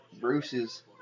Bruce's